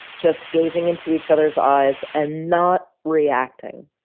just gazing into each other's eyes and not reacting,